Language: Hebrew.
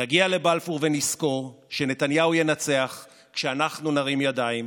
נגיע לבלפור ונזכור שנתניהו ינצח כשאנחנו נרים ידיים,